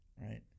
right